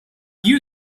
you